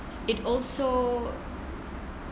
it also